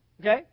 Okay